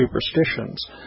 superstitions